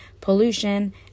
pollution